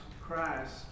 Christ